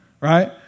right